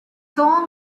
soul